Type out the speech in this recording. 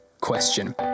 question